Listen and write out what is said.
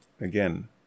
Again